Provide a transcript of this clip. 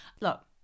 Look